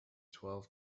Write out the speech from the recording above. twelve